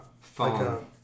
phone